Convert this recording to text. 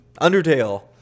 Undertale